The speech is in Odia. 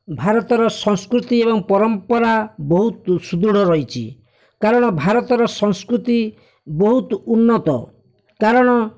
ଭାରତର ସଂସ୍କୃତି ଏବଂ ପରମ୍ପରା ବହୁତ ସୁଦୁଢ଼ ରହିଛି କାରଣ ଭାରତର ସଂସ୍କୃତି ବହୁତ ଉନ୍ନତ କାରଣ